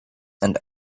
and